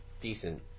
decent